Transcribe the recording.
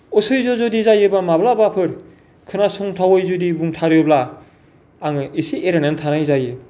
असयज्य' जुदि जायो माब्लाबाफोर खोनासंथावै जुदि बुंथारोब्ला आङो इसे एरायनानै थानाय जायो